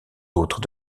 autres